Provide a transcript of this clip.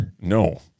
No